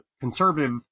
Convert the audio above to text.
conservative